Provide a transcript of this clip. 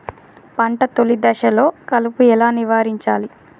పంట తొలి దశలో కలుపు ఎలా నివారించాలి?